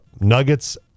Nuggets